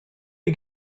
you